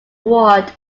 ward